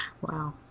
Wow